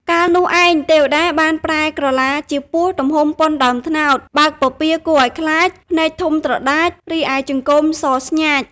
កាលនោះឯង ទេវតាបានប្រែក្រឡាជាពស់ទំហំប៉ុនដើមត្នោត បើកពពារគួរឱ្យខ្លាច ភ្នែកធំត្រដាច រីឯចង្កូមសស្ញាច។